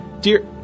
dear